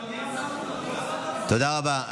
אדוני השר, תודה רבה.